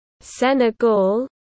Senegal